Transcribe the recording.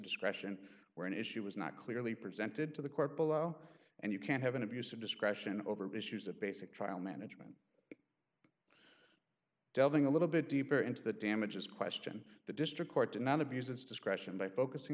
discretion where an issue was not clearly presented to the court below and you can't have an abuse of discretion over issues of basic trial management delving a little bit deeper into the damages question the district court did not abuse its discretion by focusing